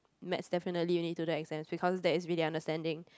maths definitely you really need to do exams because that's really understanding